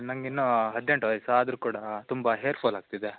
ನಂಗೆ ಇನ್ನು ಹದಿನೆಂಟು ವಯಸ್ಸು ಆದರು ಕೂಡ ತುಂಬ ಹೇರ್ ಫಾಲ್ ಆಗ್ತಿದೆ